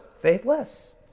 faithless